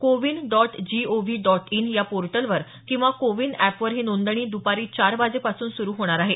CoWIN dot gov dot in या पोर्टलवर किंवा कोविन एप वर ही नोंदणी द्पारी चार वाजेपासून सुरु होणार आहे